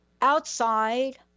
outside